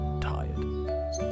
tired